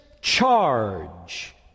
charge